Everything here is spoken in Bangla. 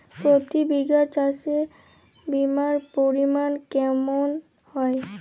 প্রতি বিঘা চাষে বিমার পরিমান কেমন হয়?